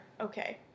Okay